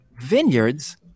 Vineyards